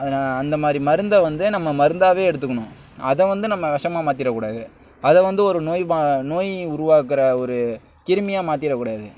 அதனால் அந்த மாதிரி மருந்தை வந்து நம்ம மருந்தாகவே எடுத்துக்கணும் அதை வந்து நம்ம விஷமா மாற்றிட கூடாது அதை வந்து ஒரு நோய் நோய் உருவாக்கிற ஒரு கிருமியாக மாற்றிட கூடாது